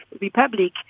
Republic